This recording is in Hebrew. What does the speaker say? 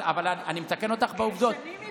אבל אני מתקן אותך בעובדות.